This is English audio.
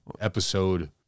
episode